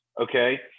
okay